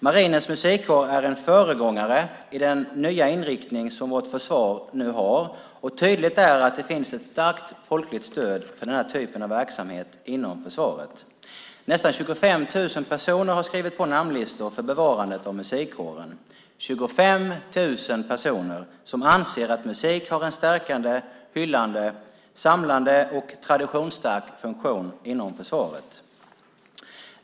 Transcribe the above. Marinens musikkår är en föregångare i den nya inriktning som vårt försvar nu har, och tydligt är att det finns ett starkt folkligt stöd för den här typen av verksamhet inom försvaret. Nästan 25 000 personer har skrivit på namnlistor för bevarandet av musikkåren - 25 000 personer som anser att musik har en stärkande, hyllande, samlande och traditionsstark funktion inom försvaret.